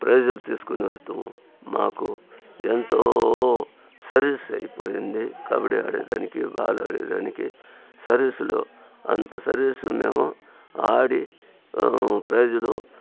ప్రైజ్లు తీసుకొని వస్తాము మాకు ఎంతో సర్వీస్ అయిపోయింది కబడ్డీ ఆడే దానికి బాగా ఆడేదానికి సర్వీస్లో అంత సర్వీస్ ఉన్నాము ఆడి ప్రైజ్లు